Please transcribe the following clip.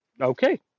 Okay